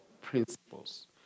principles